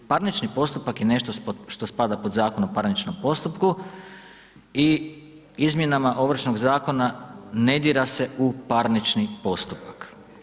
Parnični postupak je nešto što spada pod Zakon o parničnom postupku i izmjenama Ovršnog zakona ne dira se u parnični postupak.